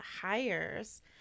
hires